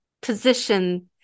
position